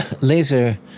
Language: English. laser